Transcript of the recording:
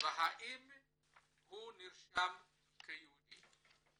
והאם הוא נרשם כיהודי.